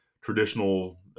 traditional